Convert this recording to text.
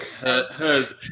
Her's